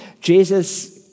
Jesus